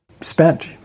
spent